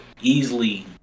easily